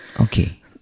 Okay